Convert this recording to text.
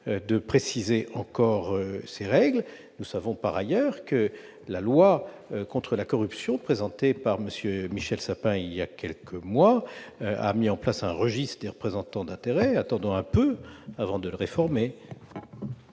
de préciser encore ces règles. Nous savons, par ailleurs, que la loi contre la corruption présentée par M. Sapin voilà quelques mois a permis la mise en place d'un registre des représentants d'intérêts. Attendons un peu avant de le réformer.